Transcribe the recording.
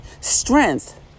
Strength